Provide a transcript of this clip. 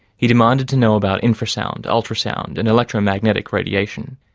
he demanded to know about infrasound, ultrasound, and electromagnetic radiation.